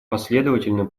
последовательно